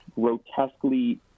grotesquely